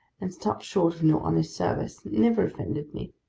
and stopped short of no honest service, never offended me